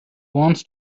wants